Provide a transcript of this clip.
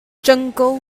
jyngl